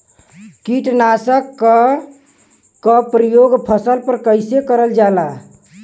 कीटनाशक क प्रयोग फसल पर कइसे करल जाला?